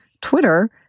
Twitter